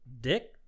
dick